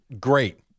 Great